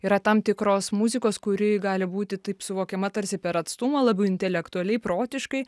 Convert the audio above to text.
yra tam tikros muzikos kuri gali būti taip suvokiama tarsi per atstumą labiau intelektualiai protiškai